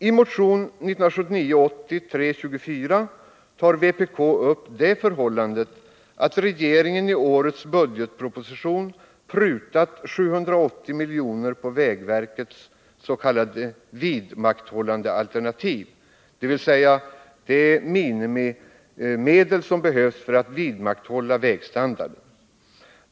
I motion 1979/80:324 tar vpk upp det förhållandet att regeringen i årets budgetproposition prutat 780 miljoner på vägverkets s.k. vidmakthållandealternativ, dvs. det minimum av medel som behövs för att vidmakthålla vägstandarden.